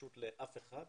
פשוט לאף אחד,